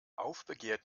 aufbegehrt